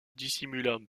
dissimulant